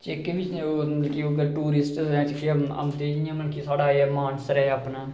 जेह्के बी मतलब टुरिस्ट जि'यां मतलब कि एह् मानसर ऐ अपना